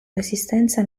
resistenza